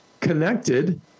connected